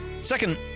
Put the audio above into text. Second